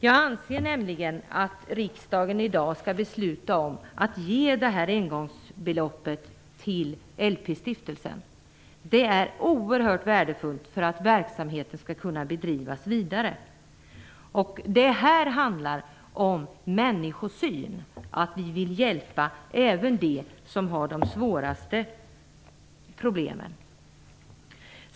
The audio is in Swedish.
Jag anser nämligen att riksdagen i dag skall fatta beslut om att ge LP-stiftelsen det här engångsbeloppet. Det är oerhört värdefullt för att verksamheten skall kunna bedrivas vidare. Det handlar här om människosyn - om att vilja hjälpa även dem som har de svåraste problemen.